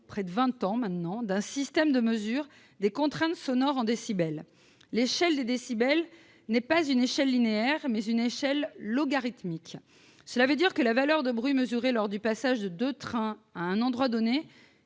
soit il y a vingt ans, d'un système de mesure des contraintes sonores en décibels. L'échelle des décibels est non pas linéaire, mais logarithmique. Cela veut dire que la valeur du bruit mesuré lors du passage de deux trains à un endroit donné